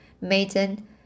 maiden